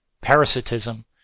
parasitism